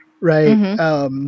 right